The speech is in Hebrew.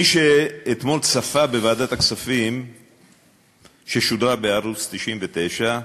מי שאתמול צפה בישיבת ועדת הכספים ששודרה בערוץ 99,